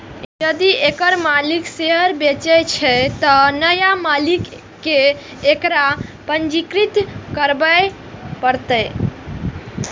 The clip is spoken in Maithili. यदि एकर मालिक शेयर बेचै छै, तं नया मालिक कें एकरा पंजीकृत करबय पड़तैक